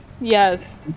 Yes